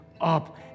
up